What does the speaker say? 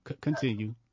continue